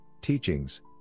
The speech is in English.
teachings